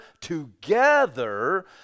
together